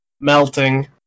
melting